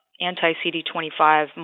anti-CD25